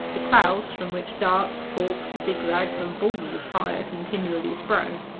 the clouds, from which darts, forks, zigzags, and balls of fire continually sprang,